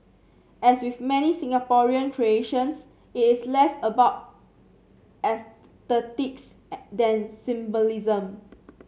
as with many Singaporean creations it is less about aesthetics than symbolism